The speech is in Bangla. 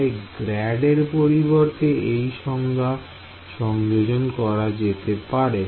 তাই ∇ এর পরিবর্তে এই সংজ্ঞা সংযোজন করা যেতে পারে